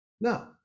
No